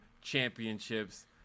championships